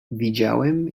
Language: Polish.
widziałem